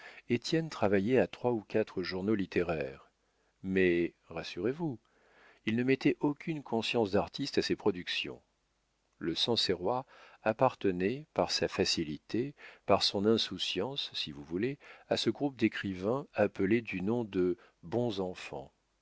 étienne travaillait à trois ou quatre journaux littéraires mais rassurez-vous il ne mettait aucune conscience d'artiste à ses productions le sancerrois appartenait par sa facilité par son insouciance si vous voulez à ce groupe d'écrivains appelés du nom de bons enfants